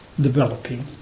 developing